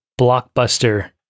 blockbuster